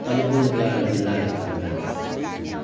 अलिपुरद्वार जिल्ला एउटा